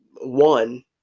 one